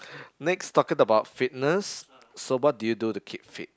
next talking about fitness so what do you do to keep fit